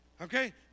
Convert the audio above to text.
Okay